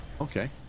Okay